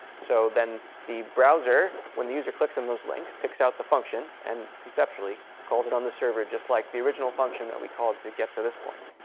so then the browser, when the user clicks on those links, picks out the function and conceptually calls it on the server, just like the original function that we called to get to this point.